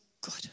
good